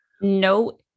No